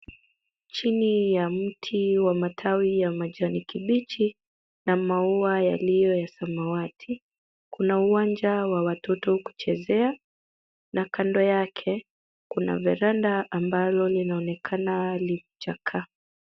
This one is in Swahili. Chini ya mti wa matawi ya majani kibichi na maua yaliyo ya samawati, kuna uwanja wa watoto kuchezea na kando yake kuna verenda ambalo linaonekana limechakaa.